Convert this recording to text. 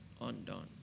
undone